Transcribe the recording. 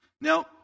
Now